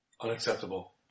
Unacceptable